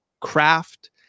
craft